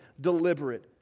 deliberate